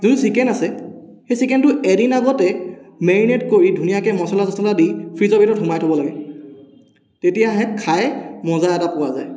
যোনটো চিকেন আছে সেই চিকেনটো এদিন আগতে মেৰিনেট কৰি ধুনীয়াকৈ মছলা চছলা দি ফ্ৰিজৰ ভিতৰত সোমাই থ'ব লাগে তেতিয়াহে খাই মজা এটা পোৱা যায়